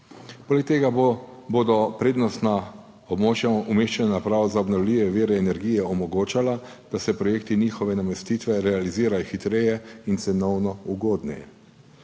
Poleg tega bodo prednostna območja umeščanja naprav za obnovljive vire energije omogočala, da se projekti njihove namestitve realizirajo hitreje in cenovno ugodneje.